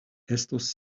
estos